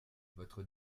votre